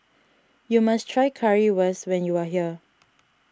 you must try Currywurst when you are here